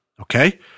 okay